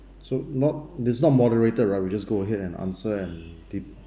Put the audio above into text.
so not that's not moderated right we'll just go ahead and answer and deep